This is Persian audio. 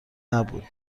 نبود